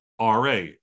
RA